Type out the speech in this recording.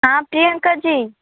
हाँ प्रियंका जी